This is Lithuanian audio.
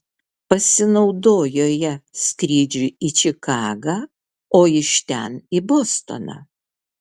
pasinaudojo ja skrydžiui į čikagą o iš ten į bostoną